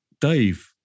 Dave